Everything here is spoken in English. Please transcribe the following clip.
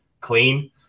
clean